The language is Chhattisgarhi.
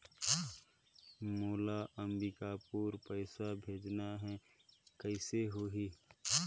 मोला अम्बिकापुर पइसा भेजना है, कइसे होही?